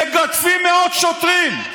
מגדפים מאות שוטרים.